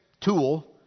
tool